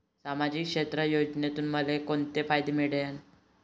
सामाजिक क्षेत्र योजनेतून मले कोंते फायदे भेटन?